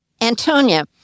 Antonia